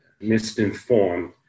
misinformed